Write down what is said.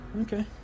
Okay